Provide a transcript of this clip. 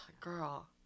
Girl